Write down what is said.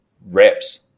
reps